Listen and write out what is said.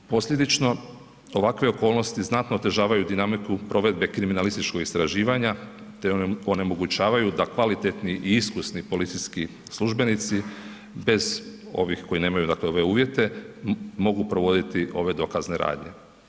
Posljedično ovakve okolnosti znatno otežavaju dinamiku provedbe kriminalističkog istraživanja te onemogućavaju da kvalitetni i iskusni policijski službenici bez ovih koji nemaju dakle ove uvjete mogu provoditi ove dokazne radnje.